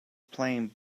playing